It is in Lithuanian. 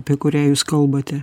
apie kurią jūs kalbate